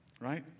right